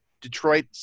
Detroit